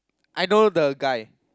I know the guy